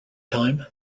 time